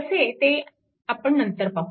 कसे ते आपण नंतर पाहू